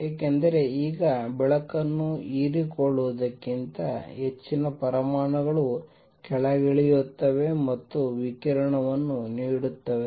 ಏಕೆಂದರೆ ಈಗ ಬೆಳಕನ್ನು ಹೀರಿಕೊಳ್ಳುವುದಕ್ಕಿಂತ ಹೆಚ್ಚಿನ ಪರಮಾಣುಗಳು ಕೆಳಗಿಳಿಯುತ್ತವೆ ಮತ್ತು ವಿಕಿರಣವನ್ನು ನೀಡುತ್ತವೆ